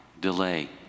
delay